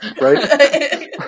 Right